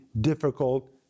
difficult